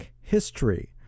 history